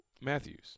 Matthews